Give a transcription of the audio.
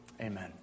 Amen